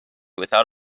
without